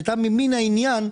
הייתה ממין העניין.